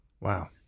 Wow